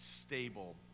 stable